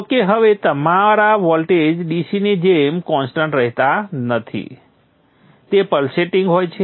જો કે હવે તમારા વોલ્ટેજ DC ની જેમ કોન્સ્ટન્ટ રહેતા નથી તે પલ્સેટિંગ હોય છે